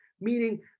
Meaning